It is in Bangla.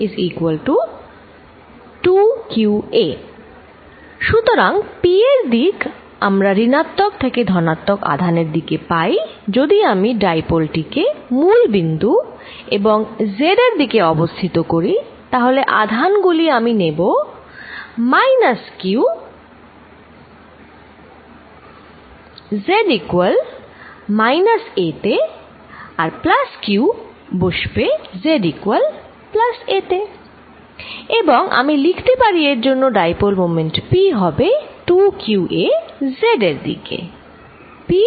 সুতরাং p এর দিক আমরা ঋণাত্মক থেকে ধনাত্মক আধান এর দিকে পাই যদি আমি ডাইপোল টিকে মূল বিন্দু এবং z এর দিকে অবস্থিত ধরি তাহলে আধান গুলি আমি নেবো minus q z equal minus a তে আর প্লাস কিউ q বসবে z ইকুয়াল প্লাস a তে এবং আমি লিখতে পারি এর জন্য ডাইপোল মোমেন্ট p হবে 2qa z এর দিকে